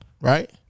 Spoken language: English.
right